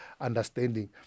understanding